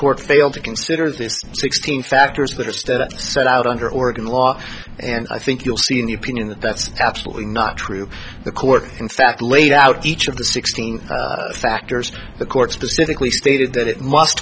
court failed to consider these sixteen factors that are still set out under oregon law and i think you'll see in the opinion that that's absolutely not true the court laid out each of the sixteen factors the court specifically stated that it must